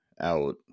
out